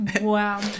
Wow